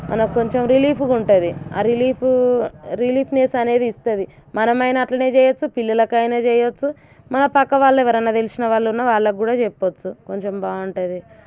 మనకి కొంచెం రిలీఫ్గా ఉంటుంది రిలీఫు రిలీఫ్నెస్ అనేది ఇస్తుంది మనమైనా అలానే చేయవచ్చు పిల్లలకైనా చేయవచ్చు మన పక్కవాళ్ళు ఎవరన్నా తెలిసినవాళ్ళు ఉన్నా వాళ్ళకు కూడా చెప్పొచ్చు కొంచెం బాగుంటుంది